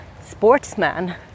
sportsman